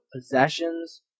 possessions